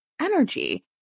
energy